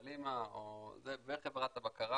סלימה, וחברת הבקרה.